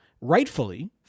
rightfully